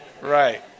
Right